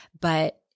but-